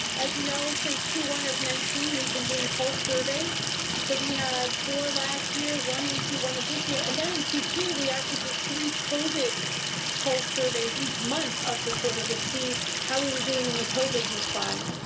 as you know since q one of nineteen we have been doing pulse surveys so we had four last year one in q one of this year and then in q two we actually did three covid pulse surveys each month of the quarter to see how we were doing in the covid response.